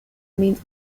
means